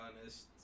honest